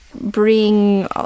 bring